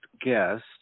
guest